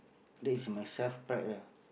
that is my self pride lah